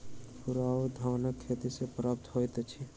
पुआर धानक खेत सॅ प्राप्त होइत अछि